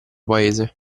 paese